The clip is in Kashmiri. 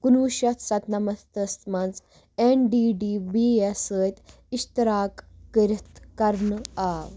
کُنوُہ شتھ ستہٕ نمتس منٛز N D D B S سۭتۍ اِشتراک کٔرِتھ کَرنہٕ آو